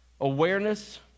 Awareness